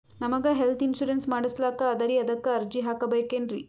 ನಮಗ health insurance ಮಾಡಸ್ಲಾಕ ಅದರಿ ಅದಕ್ಕ ಅರ್ಜಿ ಹಾಕಬಕೇನ್ರಿ?